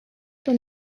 were